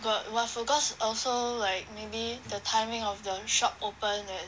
got !wah! forgot also like maybe the timing of the shop open at